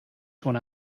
schon